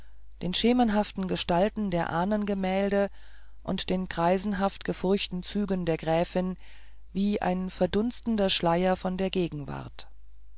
den schemenhaften gestalten der ahnengemälde und den greisenhaft gefurchten zügen der gräfin wie ein verdunstender schleier von der gegenwart